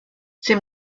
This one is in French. ses